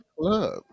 club